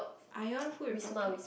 Ion food market